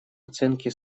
оценки